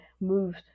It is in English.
moved